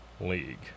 League